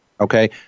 Okay